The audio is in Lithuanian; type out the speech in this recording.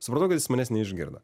supratau kad jis manęs neišgirdo